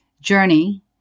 journey